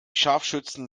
scharfschützen